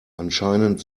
anscheinend